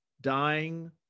dying